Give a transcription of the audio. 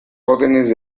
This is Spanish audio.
órdenes